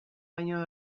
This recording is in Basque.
baino